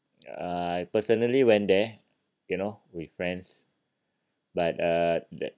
I personally went there you know with friends but uh the